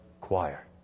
choir